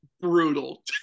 brutal